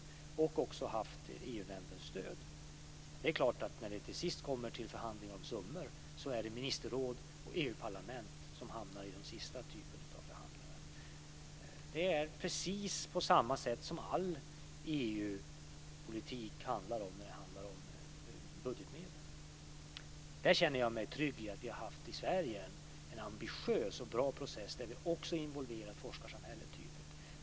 Vi har också haft Det är klart att när det till sist kommer till förhandlingar om summor är det ministerrådet och EU parlamentet som hamnar i den sista typen av förhandlingar. Det är precis på samma sätt som med all EU-politik när det handlar om budgetmedel. Där känner jag mig trygg i att vi i Sverige har haft en ambitiös och bra process där vi också involverat forskarsamhället tydligt.